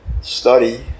study